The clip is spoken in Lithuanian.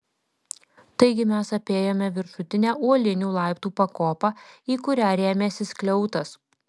taigi mes apėjome viršutinę uolinių laiptų pakopą į kurią rėmėsi skliautas